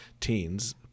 teens